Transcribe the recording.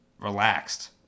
relaxed